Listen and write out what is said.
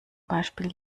beispiel